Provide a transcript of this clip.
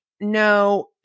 No